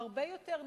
הרבה יותר נכון.